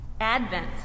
Advent